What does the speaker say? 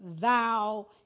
thou